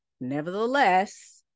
Nevertheless